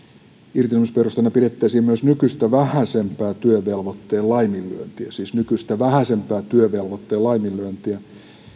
irtisanomisperusteena pidettäisiin myös nykyistä vähäisempää työvelvoitteen laiminlyöntiä siis nykyistä vähäisempää työvelvoitteen laiminlyöntiä